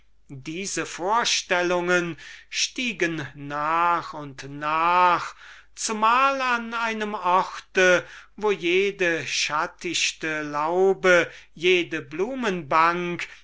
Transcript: diese vorstellungen stiegen nach und nach zumal an einem orte wo jede schattichte laube jede